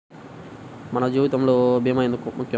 మన జీవితములో భీమా ఎందుకు ముఖ్యం?